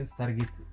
target